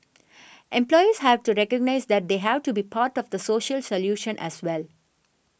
employers have to recognise that they have to be part of the social solution as well